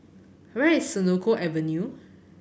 where is Senoko Avenue